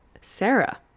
sarah